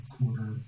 quarter